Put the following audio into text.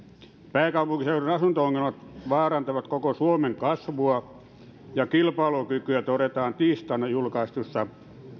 pääkaupunkiseudun asunto ongelmat vaarantavat koko suomen kasvua ja kilpailukykyä todetaan tiistaina julkaistussa